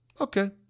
Okay